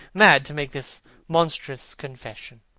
mad to make this monstrous confession.